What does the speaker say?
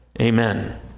Amen